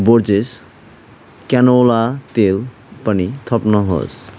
Borges canola तेल पनि थप्नुहोस्